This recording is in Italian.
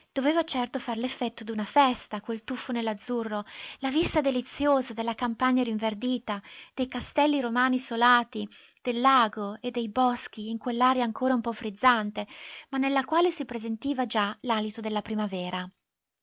doveva certo far l'effetto d'una festa quel tuffo nell'azzurro la vista deliziosa della campagna rinverdita dei castelli romani solatii del lago e dei boschi in quell'aria ancora un po frizzante ma nella quale si presentiva già l'alito della primavera